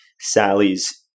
Sally's